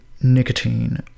nicotine